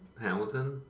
Hamilton